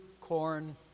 corn